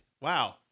Wow